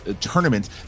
tournament